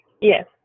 Yes